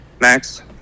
Max